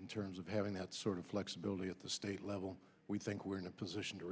in terms of having that sort of flexibility at the state level we think we're in a position to